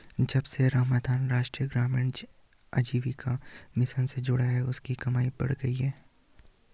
जब से रामधन राष्ट्रीय ग्रामीण आजीविका मिशन से जुड़ा है उसकी कमाई बढ़ गयी है